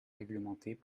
réglementées